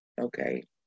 Okay